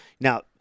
Now